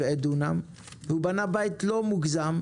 הרעיון מדבר על זה שבמקום שזוג צעיר ישים